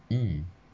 mm